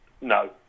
no